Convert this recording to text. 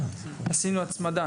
עשינו מיזוג.